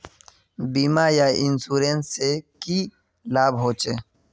बीमा या इंश्योरेंस से की लाभ होचे?